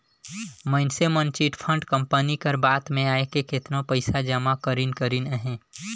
मइनसे मन chit fund company कर बात में आएके केतनो पइसा जमा करिन करिन अहें